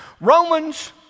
Romans